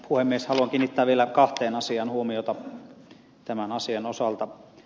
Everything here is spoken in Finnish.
haluan kiinnittää vielä kahteen asiaan huomiota tämän asian osalta